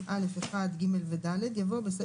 ירון, במילה.